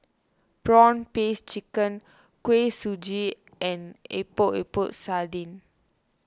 Prawn Paste Chicken Kuih Suji and Epok Epok Sardin